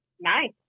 Nice